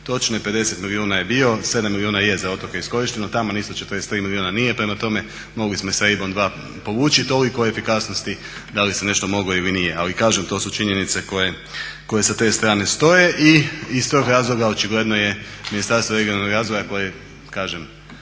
točne 50 milijuna je bio, 7 milijuna je za otoke iskorišteno, tamo …/Govornik se ne razumije./… nije. Prema tome, mogli smo i sa EIB-om 2 povući, toliko o efikasnosti da li se nešto moglo ili nije. Ali kažem to su činjenice koje sa te strane stoje i iz tog razloga očigledno je Ministarstvo regionalnog razvoja koje kažem